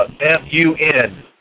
F-U-N